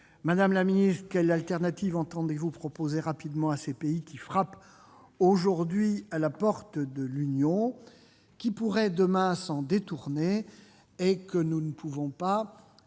quelle solution alternative entendez-vous proposer rapidement à ces pays qui frappent aujourd'hui à la porte de l'Union, qui pourraient demain s'en détourner, et que nous ne pouvons pas